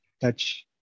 touch